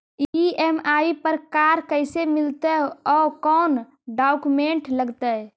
EMI पर car कैसे मिलतै औ कोन डाउकमेंट लगतै?